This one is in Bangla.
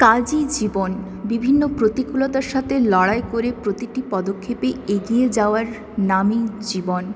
কাজই জীবন বিভিন্ন প্রতিকূলতার সাথে লড়াই করে প্রতিটি পদক্ষেপে এগিয়ে যাওয়ার নামই জীবন